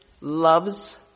loves